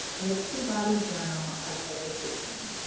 and the peabody journal of education.